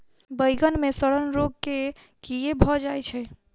बइगन मे सड़न रोग केँ कीए भऽ जाय छै?